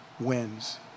wins